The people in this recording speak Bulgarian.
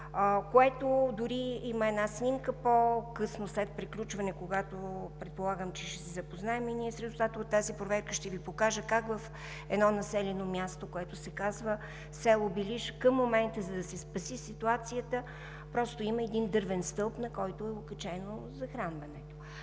жици. Дори има и една снимка – по-късно след приключване, когато предполагам, че ще се запознаем и ние с резултата от тази проверка, ще Ви покажа как в едно населено място, което се казва село Белиш, към момента, за да се спаси ситуацията, просто има един дървен стълб, на който е окачено захранването.